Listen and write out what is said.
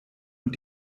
und